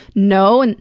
no. and